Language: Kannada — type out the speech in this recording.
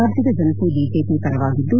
ರಾಜ್ಲದ ಜನತೆ ಬಿಜೆಪಿ ಪರವಾಗಿದ್ದು